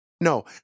No